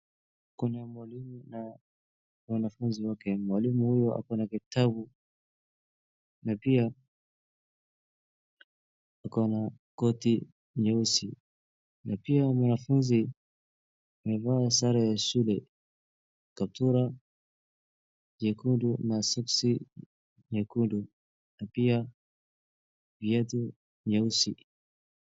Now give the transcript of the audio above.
Kuna mwalimu na mwanafunzi wake, mwalimu huyu ako na kitabu na pia ako na koti nyeusi na pia mwanafunzi amevaa sare ya shule, kaptura nyekundu na soksi nyekundu na pia viatu nyeusi.